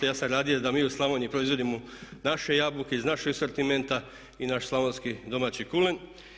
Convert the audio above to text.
Ja sam radio da mi u Slavoniji proizvodimo naše jabuke iz našeg asortimenta i naš slavonski domaći kulen.